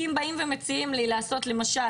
למשל,